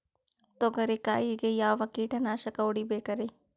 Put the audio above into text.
ತೊಗರಿ ಕಾಯಿಗೆ ಯಾವ ಕೀಟನಾಶಕ ಹೊಡಿಬೇಕರಿ?